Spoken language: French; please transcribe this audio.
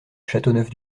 châteauneuf